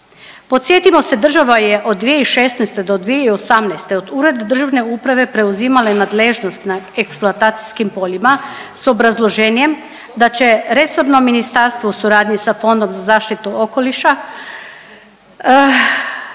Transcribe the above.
Podsjetimo se država je od 2016. do 2018. od državne uprave preuzimala i nadležnost nad eksploatacijskim poljima sa obrazloženjem da će resorno ministarstvo u suradnji sa Fondom za zaštitu okoliša